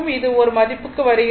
இது ஒரு மதிப்புக்கு வருகிறது